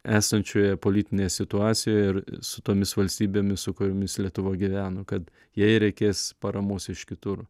esančioje politinėje situacijoje ir su tomis valstybėmis su kuriomis lietuva gyveno kad jai reikės paramos iš kitur